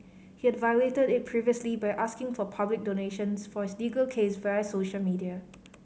he had violated it previously by asking for public donations for his legal case via social media